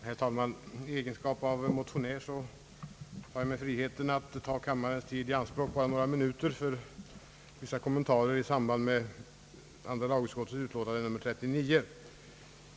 Herr talman! I egenskap av motionär tar jag mig friheten att några minuter uppta kammarens tid för vissa kommentarer i samband med andra lagutskottets utlåtande nr 39.